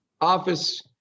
office